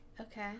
Okay